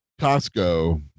Costco